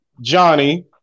Johnny